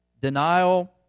Denial